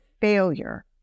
failure